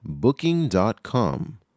Booking.com